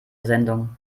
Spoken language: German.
sendung